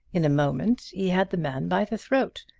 in a moment he had the man by the throat.